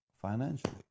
Financially